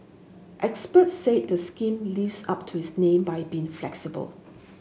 experts said the scheme lives up to its name by being flexible